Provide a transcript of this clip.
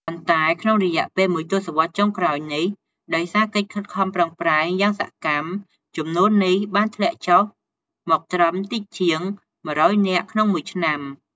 ប៉ុន្តែក្នុងរយៈពេលមួយទសវត្សរ៍ចុងក្រោយនេះ ដោយសារកិច្ចខិតខំប្រឹងប្រែងយ៉ាងសកម្ម ចំនួននេះបានធ្លាក់ចុះមកត្រឹម តិចជាង ១០០ នាក់ក្នុងមួយឆ្នាំ ។